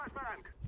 bark